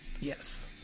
yes